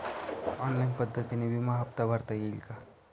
Online पद्धतीने विमा हफ्ता भरता येईल का?